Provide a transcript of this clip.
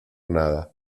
nada